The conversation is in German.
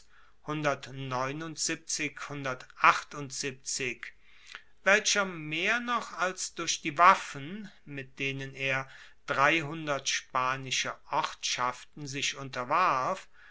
welcher mehr noch als durch die waffen mit denen er dreihundert spanische ortschaften sich unterwarf